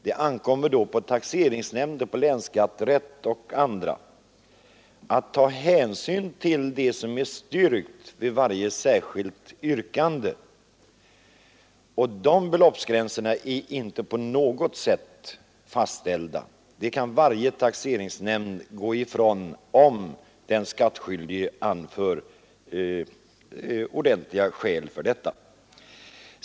Det ankommer då på taxeringsnämnd, länsskatterätt och andra att ta hänsyn till det som är styrkt vid varje särskilt yrkande. De av riksskatteverket i anvisningarna angivna beloppsgränserna är inte på något sätt fastställda — varje taxeringsnämnd kan gå ifrån dem om den skattskyldige anför ordentliga skäl för sitt avdragsyrkande.